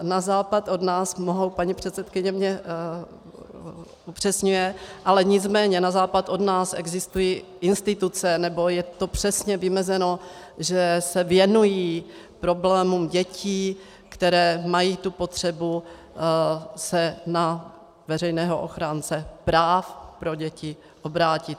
Na západ od nás mohou, paní předsedkyně mě upřesňuje, nicméně na západ od nás existují instituce, nebo je to přesně vymezeno, že se věnují problémům dětí, které mají tu potřebu se na veřejného ochránce práv pro děti obrátit.